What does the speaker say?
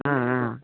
ఆ